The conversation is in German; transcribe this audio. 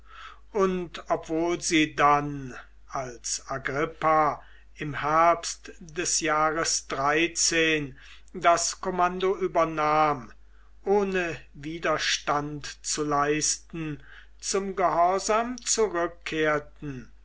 und obwohl sie dann als agrippa im herbst des jahres das kommando übernahm ohne widerstand zu leisten zum gehorsam zurückkehrten